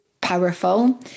powerful